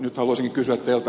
nyt haluaisinkin kysyä teiltä